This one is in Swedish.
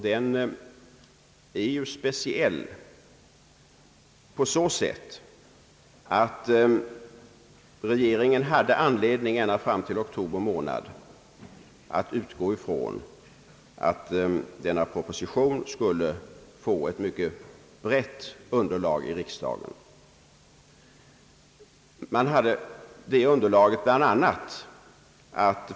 Den är ju speciell på så sätt att regeringen ända fram till oktober månad hade anledning att utgå ifrån att propositionen skulle få ett mycket brett underlag i riksdagen.